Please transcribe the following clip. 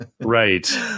right